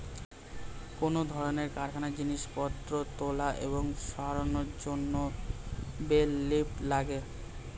কোন কারখানায় জিনিসপত্র তোলা এবং সরানোর জন্যে বেল লিফ্টার লাগে